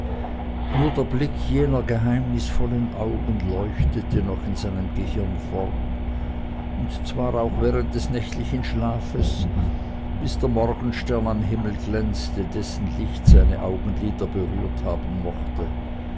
nur der blick jener geheimnisvollen augen leuchtete noch in seinem gehirne fort und zwar auch während des nächtlichen schlafes bis der morgenstern am himmel glänzte dessen licht seine augenlider berührt haben mochte